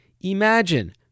Imagine